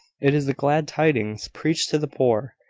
it is the glad tidings preached to the poor,